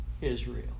Israel